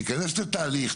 ניכנס לתהליך,